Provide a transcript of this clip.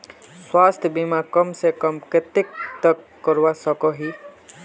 स्वास्थ्य बीमा कम से कम कतेक तक करवा सकोहो ही?